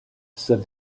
said